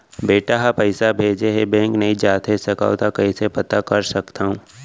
बेटा ह पइसा भेजे हे बैंक नई जाथे सकंव त कइसे पता कर सकथव?